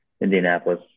Indianapolis